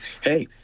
hey